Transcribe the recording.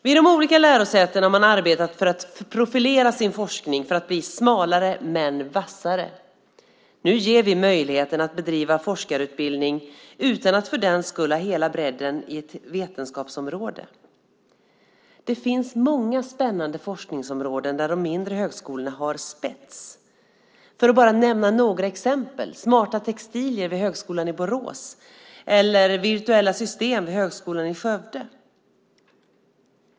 Vid de olika lärosätena har man arbetat för att profilera sin forskning för att bli smalare men vassare. Nu ger vi möjligheten att bedriva forskarutbildning utan att för den skull ha hela bredden i ett vetenskapsområde. Det finns många spännande forskningsområden där de mindre högskolorna har spets. Jag ska bara nämna några exempel: smarta textilier vid Högskolan i Borås och virtuella system vid Högskolan i Skövde.